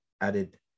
added